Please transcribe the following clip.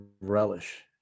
relish